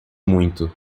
muito